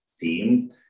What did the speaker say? Theme